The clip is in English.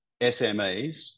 SMEs